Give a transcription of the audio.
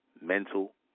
mental